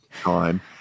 time